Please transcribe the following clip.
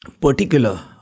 particular